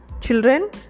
Children